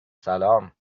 سلام